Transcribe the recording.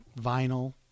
vinyl